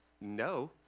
no